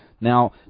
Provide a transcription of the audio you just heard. Now